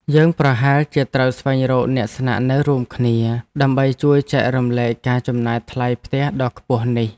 យើងប្រហែលជាត្រូវស្វែងរកអ្នកស្នាក់នៅរួមគ្នាដើម្បីជួយចែករំលែកការចំណាយថ្លៃផ្ទះដ៏ខ្ពស់នេះ។